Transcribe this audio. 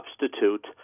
substitute